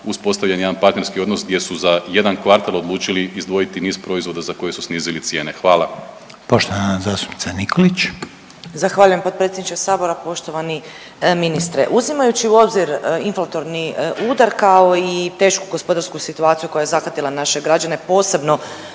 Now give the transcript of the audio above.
uspostavljen jedan partnerski odnos gdje su za jedan kvartal odlučili izdvojiti niz proizvoda za koje su snizili cijene. Hvala. **Reiner, Željko (HDZ)** Poštovana zastupnica Nikolić. **Nikolić, Romana (Socijaldemokrati)** Zahvaljujem potpredsjedniče Sabora, poštovani ministre. Uzimajući u obzir inflatorni udar kao i tešku gospodarsku situaciju koja je zahvatila naše građane posebno